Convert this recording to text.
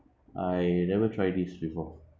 I never try this before